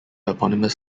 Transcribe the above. eponymous